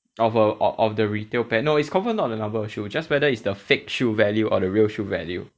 of a of of the retail pair no it's confirm not the number of shoe just whether is the fake shoe value or the real shoe value